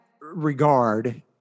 regard